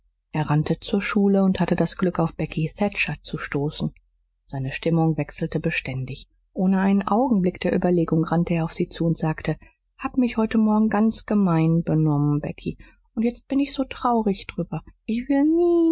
er rannte zur schule und hatte das glück auf becky thatcher zu stoßen seine stimmung wechselte beständig ohne einen augenblick der überlegung rannte er auf sie zu und sagte hab mich heut morgen ganz gemein benommen becky und jetzt bin ich so traurig drüber ich will nie